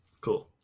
Cool